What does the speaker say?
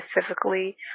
specifically